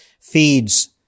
feeds